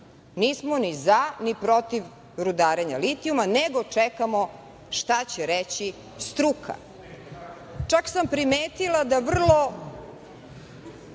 nismo ni za ni protiv rudarenja litijuma, nego čekamo šta će reći struka. Čak sam primetila da vrlo